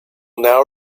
now